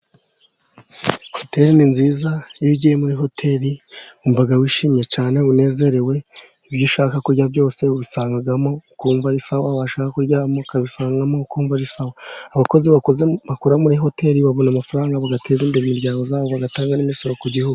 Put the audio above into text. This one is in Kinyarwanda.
Hoteri ni nziza. Iyo ugiye muri hoteli wumva wishimye cyane unezerewe. Ibyo ushaka kurya byose ubisangamo, ukumva ari sawa, washaka kuryama ukabisangamo ukumva ari sawa. Abakozi bakora muri hoteli babona amafaranga bagateza imbere imiryango yabo, bagatanga n'imisoro ku gihugu.